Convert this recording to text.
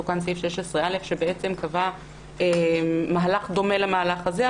תוקן סעיף 16א שקבע מהלך דומה למהלך הזה,